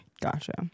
Gotcha